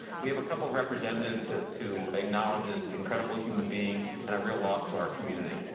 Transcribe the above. we have a couple of representatives to to acknowledge this incredible human being and a real loss to our community.